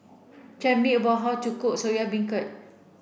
tell me about how to cook Soya Beancurd